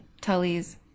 Tully's